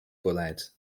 bwled